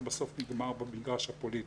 זה בסוף נגמר במגרש הפוליטי.